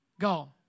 Go